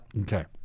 Okay